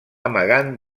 amagant